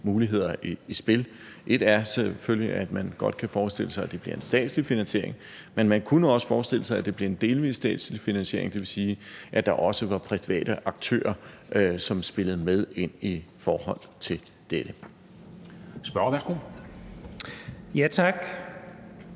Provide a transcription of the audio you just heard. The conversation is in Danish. muligheder i spil. Ét er selvfølgelig, at man godt kunne forestille sig, at det blev en statslig finansiering, men man kunne også forestille sig, at det blev en delvis statslig finansiering, det vil sige, at der også var private aktører, som spillede med ind i forhold til dette. Kl. 13:16 Formanden